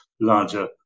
larger